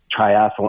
Triathlon